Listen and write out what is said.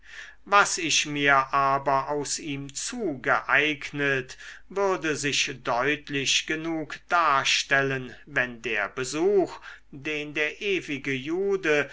was ich mir aber aus ihm zugeeignet würde sich deutlich genug darstellen wenn der besuch den der ewige jude